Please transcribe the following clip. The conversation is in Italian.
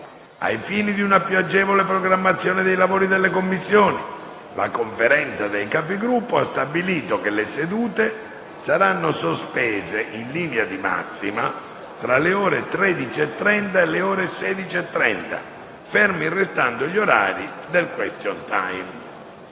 Ai fini di una più agevole programmazione dei lavori delle Commissioni, la Conferenza dei Capigruppo ha stabilito che le sedute saranno sospese, in linea di massima, tra le ore 13,30 e le ore 16,30, fermi restando gli orari del *question time*.